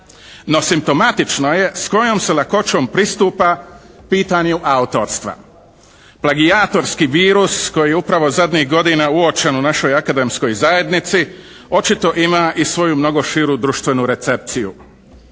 No simptomatično je s kojom se lakoćom pristupa pitanju autorstva. Plagijatorski virus koji je upravo zadnjih godina uočen u našoj akademskoj zajednici očito ima i svoju mnogo širu društvenu recepciju.